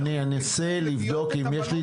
אני אנסה לבדוק אם יש,